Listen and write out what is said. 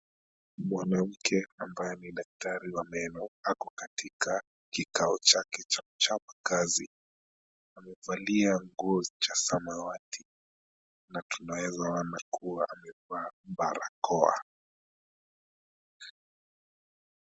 Mwanamke ambaye ni daktari wa meno ako katika kikao chake cha kuchapa kazi. Amevalia nguo cha samawati na tunaweza ona kuwa amevaa barakoa.